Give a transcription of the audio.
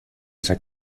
esa